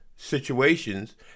situations